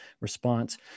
response